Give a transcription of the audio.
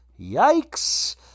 Yikes